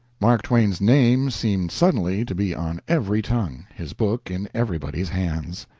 mark twain's name seemed suddenly to be on every tongue his book in everybody's hands.